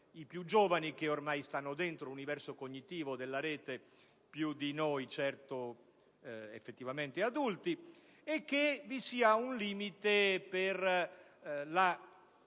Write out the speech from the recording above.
i più giovani che ormai stanno dentro l'universo cognitivo della rete più di noi adulti, e che vi sia un limite per la